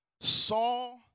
Saul